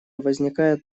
возникает